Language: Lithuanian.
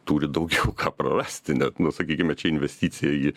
turi daugiau ką prarasti net nu sakykime čia investicija ji